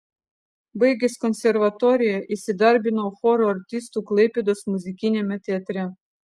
baigęs konservatoriją įsidarbinau choro artistu klaipėdos muzikiniame teatre